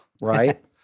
right